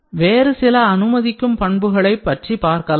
வேறுசில அனுமதிக்கும்பண்புகளை பார்க்கலாம்